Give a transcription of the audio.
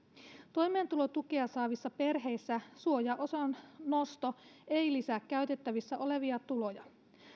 toimeentulotukea saavissa perheissä suojaosan nosto ei lisää käytettävissä olevia tuloja